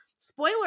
spoiler